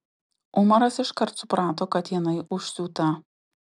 umaras iškart suprato kad jinai užsiūta